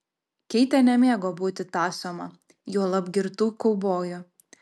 keitė nemėgo būti tąsoma juolab girtų kaubojų